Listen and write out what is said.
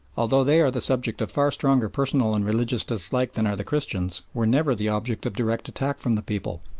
although they are the subject of far stronger personal and religious dislike than are the christians, were never the object of direct attack from the people,